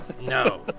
no